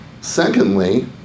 Secondly